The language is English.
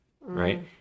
right